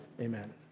Amen